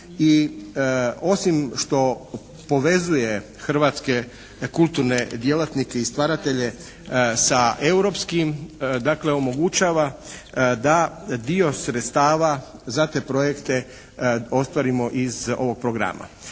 osim što povezuje hrvatske kulturne djelatnike i stvaratelje sa europskim dakle omogućava da dio sredstava za te projekte ostvarimo iz ovog programa.